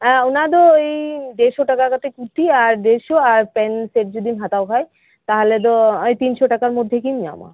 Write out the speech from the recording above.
ᱮᱸᱻᱻ ᱚᱱᱟ ᱫᱚ ᱫᱮᱲᱥᱚ ᱴᱟᱠᱟ ᱠᱟᱛᱮᱜ ᱠᱩᱨᱛᱤ ᱟᱨ ᱫᱮᱲᱥᱚ ᱟᱨ ᱯᱮᱱ ᱥᱮᱴ ᱡᱩᱫᱤᱢ ᱦᱟᱛᱟᱣ ᱠᱷᱟᱡ ᱛᱟᱦᱞᱮ ᱫᱚ ᱳᱭ ᱛᱤᱱ ᱥᱚ ᱴᱟᱠᱟᱨ ᱢᱚᱫᱽᱫᱷᱮ ᱜᱮᱢ ᱧᱟᱢᱟ